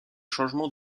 changement